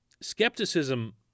skepticism